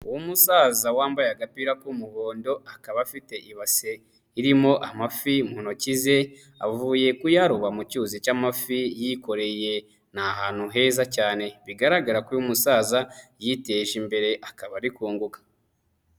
uUmusaza wambaye agapira k'umuhondo akaba afite iba irimo amafi mu ntoki ze, avuye kuyaroba mu cyuzi cy'amafi yikoreye. Ni ahantu heza cyane bigaragara ko uyu musaza yiteje imbere akaba ari kungoga.